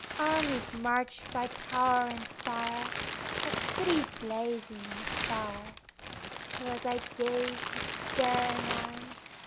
armies march by tower and spire of cities blazing, in the fire till as i gaze with staring eyes,